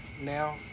Now